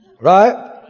Right